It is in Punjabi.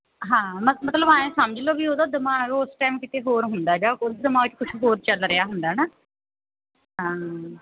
ਹਾਂ ਮਤਲਬ ਇਹ ਸਮਝ ਲਓ ਵੀ ਉਹਦਾ ਦਿਮਾਗ ਉਸ ਟਾਈਮ ਕਿਤੇ ਹੋਰ ਹੁੰਦਾ ਜਾਂ ਉਹਦੇ ਦਿਮਾਗ 'ਚ ਕੁਛ ਹੋਰ ਚੱਲ ਰਿਹਾ ਹੁੰਦਾ ਹੈ ਨਾ ਹਾਂ